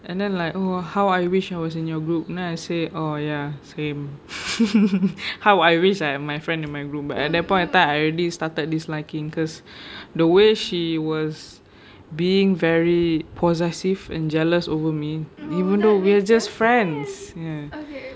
and then like oh how I wish I was in your group then I say oh ya same how I wish I and my friend were in my group but at that point of time I already started this liking because the way she was being very possessive and jealous over me even though we were just friends ya